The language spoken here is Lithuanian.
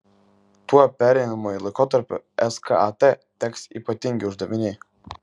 tuo pereinamuoju laikotarpiu skat teks ypatingi uždaviniai